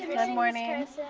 morning, ms.